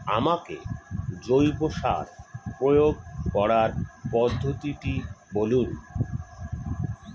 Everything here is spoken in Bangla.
আমাকে জৈব সার প্রয়োগ করার পদ্ধতিটি বলুন?